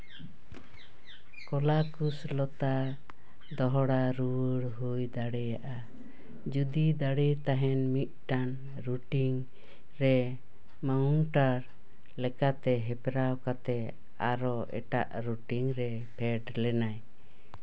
ᱠᱚᱞᱟᱠᱩᱥ ᱞᱚᱛᱟ ᱫᱚᱦᱲᱟ ᱨᱩᱣᱟᱹᱲ ᱦᱩᱭ ᱫᱟᱲᱮᱭᱟᱜᱼᱟ ᱡᱩᱫᱤ ᱫᱟᱲᱮ ᱛᱟᱦᱮᱱ ᱢᱤᱫᱴᱟᱝ ᱨᱩᱴᱤᱱ ᱨᱮ ᱢᱟᱣᱩᱱᱴᱟᱨ ᱞᱮᱠᱟᱛᱮ ᱦᱮᱯᱨᱟᱣ ᱠᱟᱛᱮ ᱟᱨᱚ ᱮᱴᱟᱜ ᱨᱩᱴᱤᱱ ᱨᱮ ᱯᱷᱮᱰ ᱞᱮᱱᱟᱭ